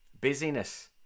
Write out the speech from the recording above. Busyness